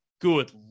Good